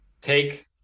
take